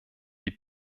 die